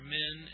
men